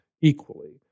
equally